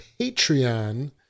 patreon